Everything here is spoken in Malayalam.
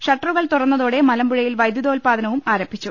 ഷട്ടറുകൾ തുറന്നതോടെ മലമ്പുഴയിൽ വൈദ്യുതോത്പാദനവും ആരംഭിച്ചു